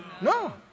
No